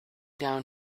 down